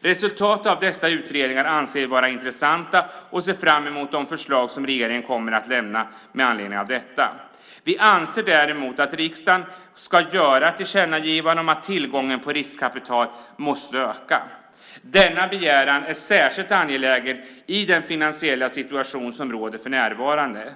Resultatet av dessa utredningar anser vi vara intressanta, och vi ser fram emot de förslag som regeringen kommer att lämna med anledning av dem. Vi anser däremot att riksdagen ska göra ett tillkännagivande om att tillgången på riskkapital måste öka. Denna begäran är särskilt angelägen i den finansiella situation som råder för närvarande.